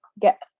get